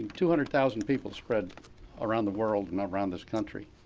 two hundred thousand people spread around the world and around this country.